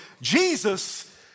Jesus